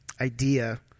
idea